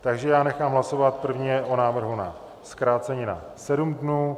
Takže já nechám hlasovat prvně o návrhu na zkrácení na 7 dnů.